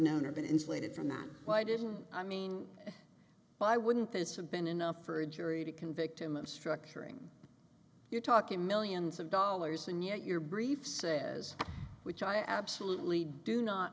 known or been insulated from that why didn't i mean why wouldn't this have been enough for a jury to convict him of structuring you're talking millions of dollars and yet your brief says which i absolutely do not